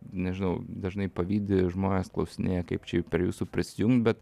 nežinau dažnai pavydi žmonės klausinėja kaip čia prie jūsų prisijungt bet